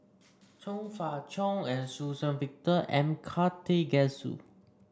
Chong Fah Cheong and Suzann Victor M Karthigesu